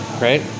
Right